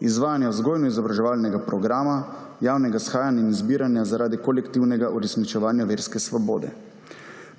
izvajanja vzgojno-izobraževalnega programa, javnega shajanja in zbiranja zaradi kolektivnega uresničevanja verske svobode.